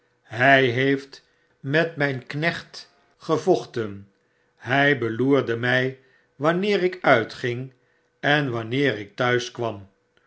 hy heeft met myn knecht gevochten hy beloerde my wanneer ik uitging en wanneer ik